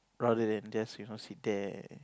rather than just you know sit there